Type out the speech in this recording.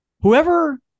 whoever